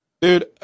dude